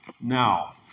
Now